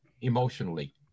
emotionally